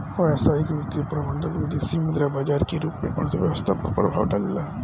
व्यावसायिक वित्तीय प्रबंधन विदेसी मुद्रा बाजार के रूप में अर्थव्यस्था पर प्रभाव डालेला